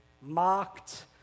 mocked